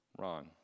wrong